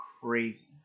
crazy